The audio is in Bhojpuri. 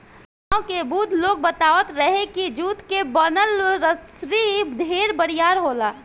गांव के बुढ़ लोग बतावत रहे की जुट के बनल रसरी ढेर बरियार होला